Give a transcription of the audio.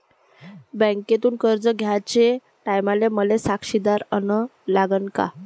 बँकेतून कर्ज घ्याचे टायमाले मले साक्षीदार अन लागन का?